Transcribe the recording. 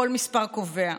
כל מספר קובע,